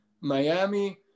Miami